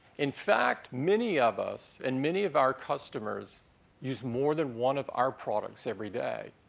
in fact, many of us and many of our customers use more than one of our products every day.